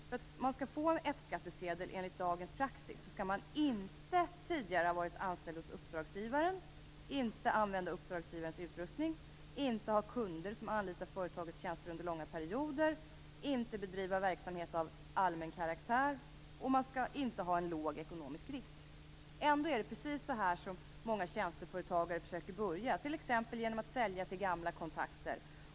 För att få en F-skattsedel enligt dagens praxis skall man: inte tidigare ha varit anställd hos uppdragsgivaren, inte använda uppdragsgivarens utrustning, inte ha kunder som anlitar företagets tjänster under långa perioder, inte bedriva verksamhet av "allmän karaktär" och inte ha en låg ekonomisk risk. Ändå är det precis så här som många tjänsteföretagare försöker börja, t.ex. genom att sälja till gamla kontakter.